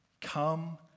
come